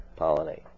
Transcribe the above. pollinate